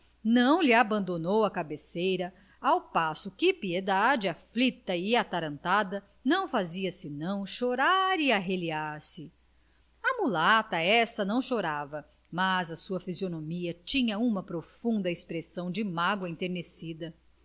não lhe abandonou a cabeceira ao passo que piedade aflita e atarantada não fazia senão chorar e arreliar se a mulata essa não chorava mas a sua fisionomia tinha uma profunda expressão de mágoa enternecida